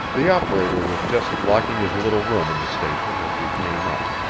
the operator was just locking his little room in the station as we came up.